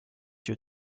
due